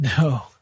No